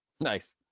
Nice